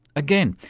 again,